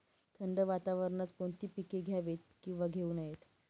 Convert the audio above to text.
थंड वातावरणात कोणती पिके घ्यावीत? किंवा घेऊ नयेत?